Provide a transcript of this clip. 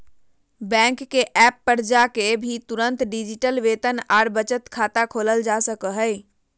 bank के app पर जाके भी तुरंत डिजिटल वेतन आर बचत खाता खोलल जा सको हय